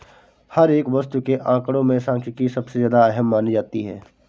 हर एक वस्तु के आंकडों में सांख्यिकी सबसे ज्यादा अहम मानी जाती है